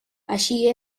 així